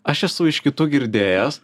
aš esu iš kitų girdėjęs